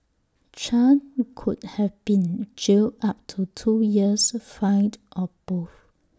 chan could have been jailed up to two years fined or both